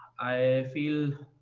i feel